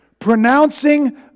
pronouncing